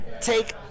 take